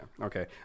okay